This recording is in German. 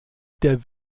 der